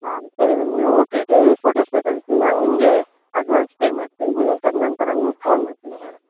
ಹಾಂ ಸರಿ ಮ್ಯಾಮ್ ನೀವು ಟಿ ಟಿ ಫೋಟೋಸನ್ನ ಕಳಿಸಿ ನಾನು ನಿಮಗೆ ಅಡ್ವಾನ್ಸ್ ಪೇ ಮಾಡ್ತೀನಿ ತದನಂತರ ನಿಮ್ಗೆ ಫೋನ್ ಮಾಡ್ತೀನಿ ಮೇಡಮ್